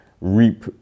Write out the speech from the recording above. reap